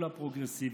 הפרוגרסיבי.